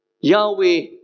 Yahweh